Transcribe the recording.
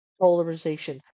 polarization